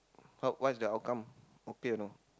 how what is the outcome okay or not